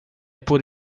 por